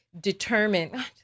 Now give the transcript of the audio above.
determined